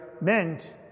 meant